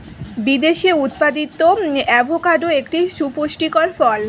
বিদেশে উৎপাদিত অ্যাভোকাডো একটি সুপুষ্টিকর ফল